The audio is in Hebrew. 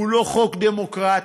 הוא לא חוק דמוקרטי.